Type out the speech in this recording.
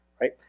right